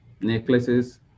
necklaces